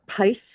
pace